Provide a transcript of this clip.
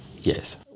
yes